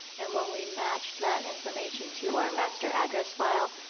and when we matched that information to our master address file,